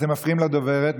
אתם מפריעים לדוברת,